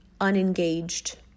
unengaged